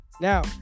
Now